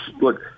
look